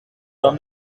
from